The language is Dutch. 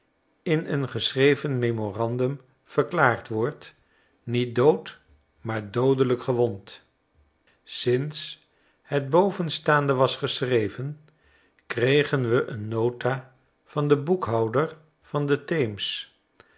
in een geschreven memorandum verklaard wordt niet dood maar doodelijk gewond sinds het bovenstaande was geschreven kregen we een nota van den boekhouder van de thames